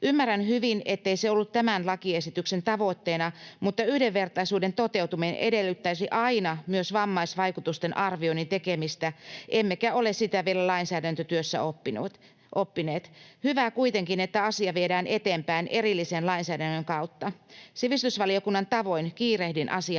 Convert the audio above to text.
Ymmärrän hyvin, ettei se ollut tämän lakiesityksen tavoitteena, mutta yhdenvertaisuuden toteutuminen edellyttäisi aina myös vammaisvaikutusten arvioinnin tekemistä, emmekä ole sitä vielä lainsäädäntötyössä oppineet. Hyvä kuitenkin, että asia viedään eteenpäin erillisen lainsäädännön kautta. Sivistysvaliokunnan tavoin kiirehdin asian